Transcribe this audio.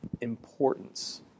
importance